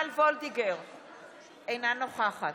בדיוק כמו איזה רישיון לנהיגה